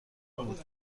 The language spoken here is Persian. بود